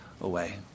away